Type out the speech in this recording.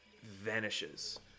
vanishes